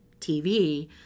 TV